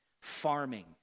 farming